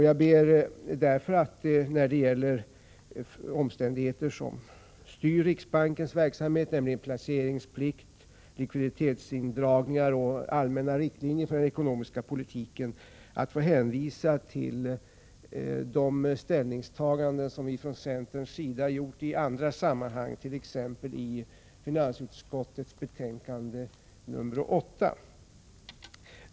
Jag ber därför när det gäller omständigheter som styr riksbankens verksamhet, nämligen placeringsplikt, likviditetsindragningar och allmänna riktlinjer för den ekonomiska politiken, att få hänvisa till de ställningstaganden som vi från centerns sida gjort i andra sammanhang, t.ex. i finansutskottets betänkande nr 8.